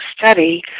Study